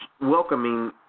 welcoming